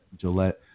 Gillette